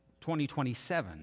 2027